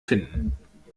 finden